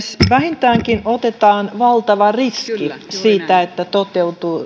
vähintäänkin otetaan valtava riski siitä että toteutuu